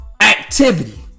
activity